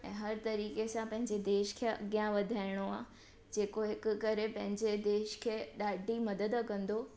ऐं हर तरीक़े सां पंहिंजे देश खे अॻियां वधाइणो आहे जेको हिक करे पंहिंजे देश खे ॾाढी मदद कंदो